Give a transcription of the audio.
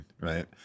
right